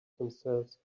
themselves